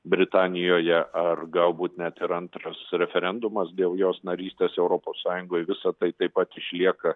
britanijoje ar galbūt net ir antras referendumas dėl jos narystės europos sąjungoj visa tai taip pat išlieka